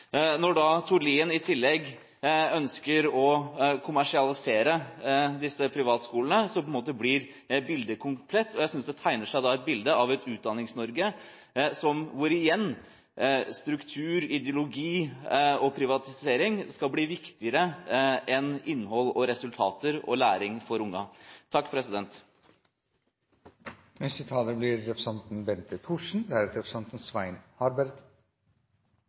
Når da Tord Lien i tillegg ønsker å kommersialisere disse privatskolene, blir bildet komplett. Jeg synes det tegner seg et bilde av et Utdannings-Norge hvor igjen struktur, ideologi og privatisering skal bli viktigere enn innhold, resultater og læring for